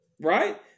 right